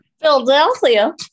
philadelphia